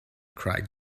cried